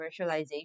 commercialization